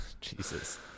Jesus